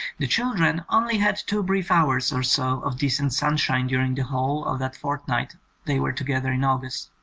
the children only had two brief hours or so of decent sunshine during the whole of that fortnight they were together in august.